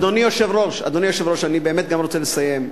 אדוני היושב-ראש, אני באמת גם רוצה לסיים.